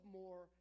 more